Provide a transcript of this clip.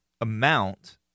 amount